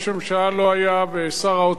אנחנו עומדים לקיים, בזמן הקרוב ביותר, דיון נוסף,